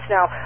Now